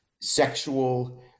sexual